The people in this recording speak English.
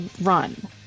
run